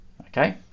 okay